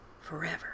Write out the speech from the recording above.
forever